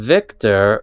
Victor